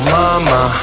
mama